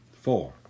four